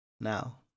Now